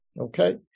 Okay